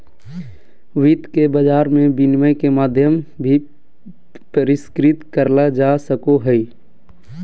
वित्त के बाजार मे विनिमय के माध्यम भी परिष्कृत करल जा सको हय